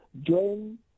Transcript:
join